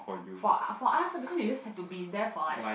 for for us because you just have to be there for like